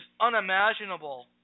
unimaginable